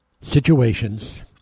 situations